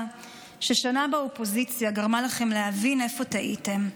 ששנה באופוזיציה גרמה לכם להבין איפה טעיתם.